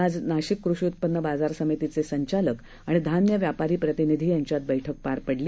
आजनाशिककषीउत्पन्नबाजारसमितीचेसंचालकआणिधान्यव्यापारीप्रतिनिधीयांच्यातबैठकपा रपडली